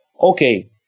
Okay